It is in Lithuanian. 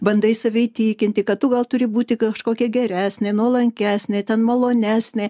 bandai save įtikinti kad tu gal turi būti kažkokia geresnė nuolankesnė ten malonesnė